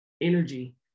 energy